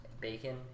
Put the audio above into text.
bacon